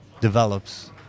develops